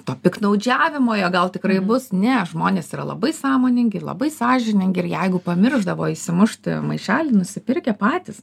to piktnaudžiavimo jo gal tikrai bus ne žmonės yra labai sąmoningi ir labai sąžiningi ir jeigu pamiršdavo išsimušti maišelį nusipirkę patys